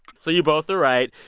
so you both are right.